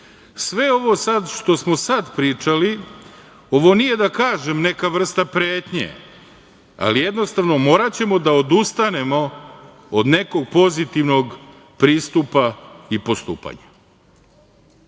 sve ovo što smo sad pričali, ovo nije da kažem neka vrsta pretnje, ali jednostavno moraćemo da odustanemo od nekog pozitivnog pristupa i postupanja. Predstavnik